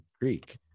Greek